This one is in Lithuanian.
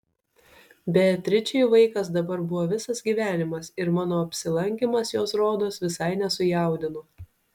beatričei vaikas dabar buvo visas gyvenimas ir mano apsilankymas jos rodos visai nesujaudino